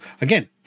again